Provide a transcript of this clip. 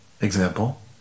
example